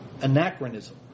anachronism